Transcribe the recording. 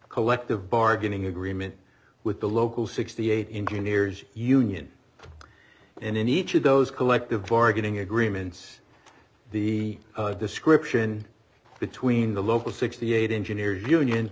collective bargaining agreement with the local sixty eight engineers union and in each of those collective bargaining agreements the description between the local sixty eight engineer union